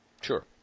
Sure